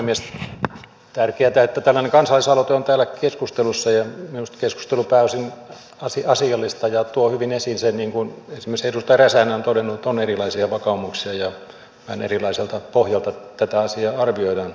on tärkeätä että tämä kansalaisaloite on täällä keskustelussa ja minusta keskustelu on pääosin asiallista ja tuo hyvin esiin sen niin kuin esimerkiksi edustaja räsänen on todennut että on erilaisia vakaumuksia ja vähän erilaiselta pohjalta tätä asiaa arvioidaan